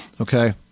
Okay